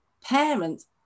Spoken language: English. parents